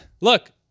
look